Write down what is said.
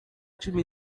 cumi